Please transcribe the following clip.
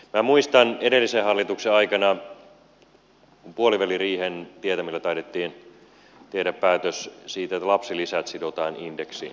minä muistan edellisen hallituksen ajalta kun puoliväliriihen tietämillä taidettiin tehdä päätös siitä että lapsilisät sidotaan indeksiin